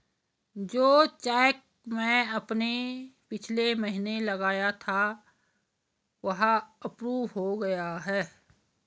जो चैक मैंने पिछले महीना लगाया था वह अप्रूव हो गया है